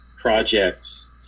projects